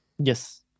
yes